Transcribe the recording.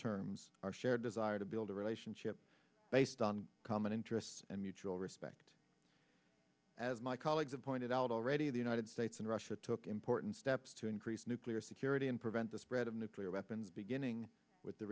terms our shared desire to build a relationship based on common interests and mutual respect as my colleagues have pointed out already the united states and russia took important steps to increase nuclear security and prevent the spread of nuclear weapons beginning with the